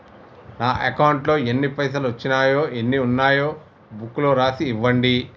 నా అకౌంట్లో ఎన్ని పైసలు వచ్చినాయో ఎన్ని ఉన్నాయో బుక్ లో రాసి ఇవ్వండి?